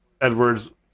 Edwards